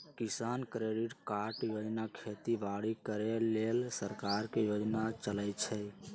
किसान credit card योजना खेती बाड़ी करे लेल सरकार के योजना चलै छै